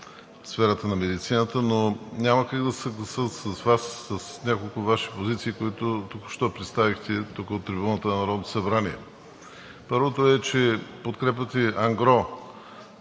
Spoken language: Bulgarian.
сферата на медицината, но няма как да се съглася с Вас, с няколко Ваши позиции, които току-що представихте тук от трибуната на Народното събрание. Първото е, че подкрепяте на ангро